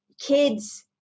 kids